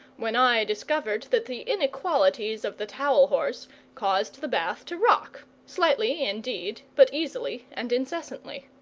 when i discovered that the inequalities of the towel-horse caused the bath to rock, slightly, indeed, but easily and incessantly.